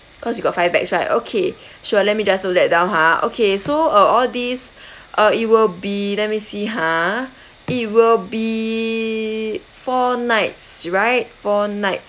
cause you got five pax right okay sure let me just note that down ha okay so uh all these uh it will be let me see ha it will be four nights right four nights